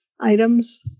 items